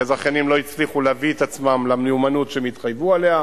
כי הזכיינים לא הצליחו להביא את עצמם למיומנות שהם התחייבו עליה,